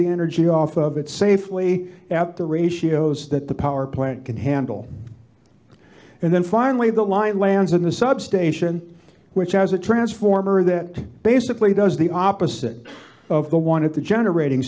the energy off of it safely at the ratios that the power plant can handle and then finally the line lands in the substation which has a transformer that basically does the opposite of the one at the generating